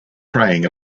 preying